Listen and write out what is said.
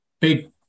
big